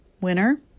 winner